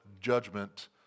judgment